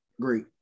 great